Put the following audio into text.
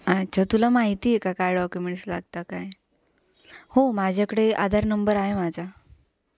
अच्छा तुला माहिती आहे का काय डॉक्युमेंट्स लागता काय हो माझ्याकडे आधार नंबर आहे माझा